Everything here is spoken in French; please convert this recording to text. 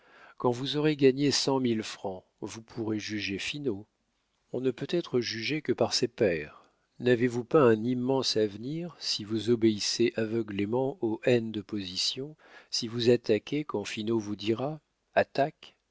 quand vous aurez gagné cent mille francs vous pourrez juger finot on ne peut être jugé que par ses pairs n'avez-vous pas un immense avenir si vous obéissez aveuglément aux haines de position si vous attaquez quand finot vous dira attaque